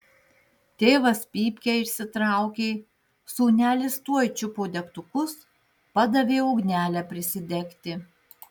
tėvas pypkę išsitraukė sūnelis tuoj čiupo degtukus padavė ugnelę prisidegti